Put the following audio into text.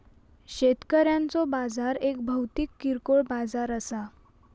शेतकऱ्यांचो बाजार एक भौतिक किरकोळ बाजार असा